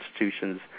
institutions